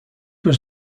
was